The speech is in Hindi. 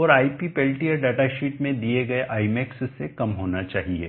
और आईपी पेल्टियर डेटा शीट में दिए गए imax से कम होना चाहिए